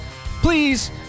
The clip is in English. please